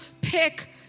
pick